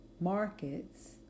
markets